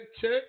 check